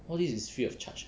all this is free of charge eh